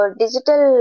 digital